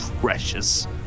precious